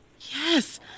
yes